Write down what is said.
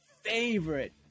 favorite